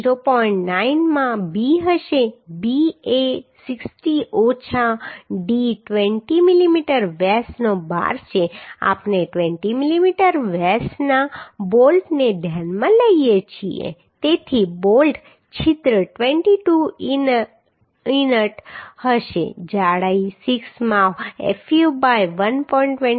9 માં b હશે b એ 60 ઓછા d 20 mm વ્યાસનો બાર છે આપણે 20 mm વ્યાસના બોલ્ટને ધ્યાનમાં લઈએ છીએ તેથી બોલ્ટ છિદ્ર 22 ઇનટ હશે જાડાઈ 6 માં fu બાય 1